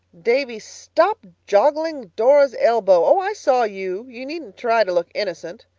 davy, stop joggling dora's elbow. oh, i saw you! you needn't try to look innocent.